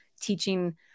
teaching